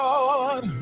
Lord